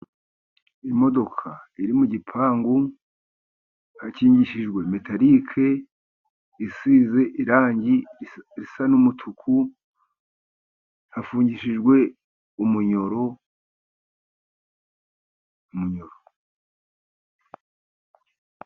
Imodoka iri mu gipangu hakingishijwe metalike isize irangi isa n'umutuku, hafungishijwe umunyururu, umunyururu.